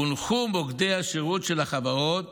הונחו מוקדי השירות של החברות